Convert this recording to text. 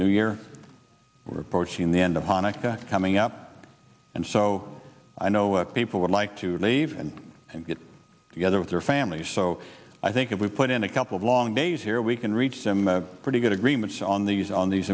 new year we're approaching the end of hanukkah coming up and so i know what people would like to leave and get together with their families so i think if we put in a couple of long days here we can reach some pretty good agreements on these on these